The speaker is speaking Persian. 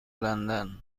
لندن